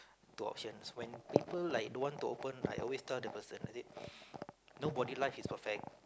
two options when people like don't want to open I always tell the person I say nobody life is perfect